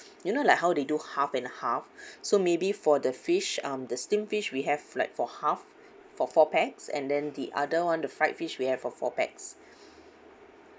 you know like how they do half and half so maybe for the fish um the steamed fish we have like for half for four pax and then the other one the fried fish we have for four pax